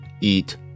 eat